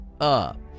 up